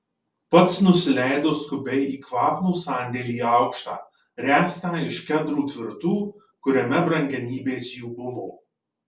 pats nusileido skubiai į kvapnų sandėlį aukštą ręstą iš kedrų tvirtų kuriame brangenybės jų buvo